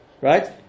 right